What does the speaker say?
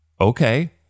Okay